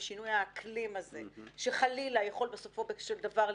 ובשינוי האקלים הזה שחלילה יכול בסופו של דבר,